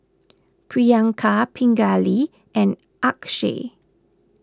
Priyanka Pingali and Akshay